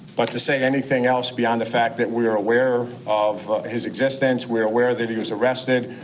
but to say anything else beyond the fact that we are aware of his existence we are aware that he was arrested,